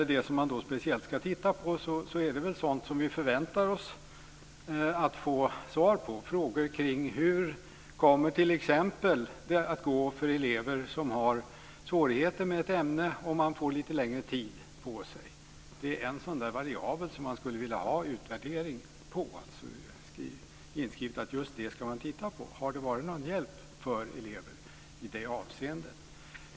Det som man speciellt ska titta på är väl sådant som vi förväntar att få svar på, frågor kring hur det t.ex. kommer att gå för elever som har svårigheter med ett ämne, om man får lite längre tid på sig. Det är en sådan variabel som man skulle vilja ha en utvärdering på och inskrivet att just detta ska man titta på. Har det varit till någon hjälp för eleven i det avseendet?